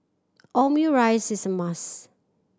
omurice is a must